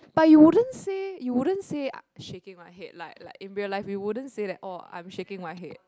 but you wouldn't say you wouldn't say uh shaking my head like like in real life you wouldn't say that oh I'm shaking my head